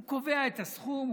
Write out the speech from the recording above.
הוא קובע את הסכום,